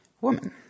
woman